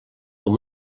com